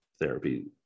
therapy